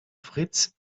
fritz